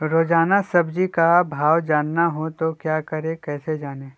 रोजाना सब्जी का भाव जानना हो तो क्या करें कैसे जाने?